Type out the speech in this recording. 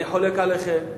אני חולק עליכם,